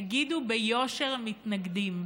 תגידו ביושר: מתנגדים,